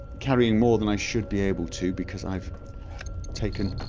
carrying more than i should be able to because i've taken